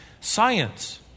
science